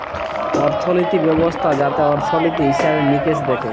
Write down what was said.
অর্থলিতি ব্যবস্থা যাতে অর্থলিতি, হিসেবে মিকেশ দ্যাখে